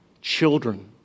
Children